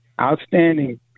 outstanding